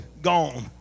gone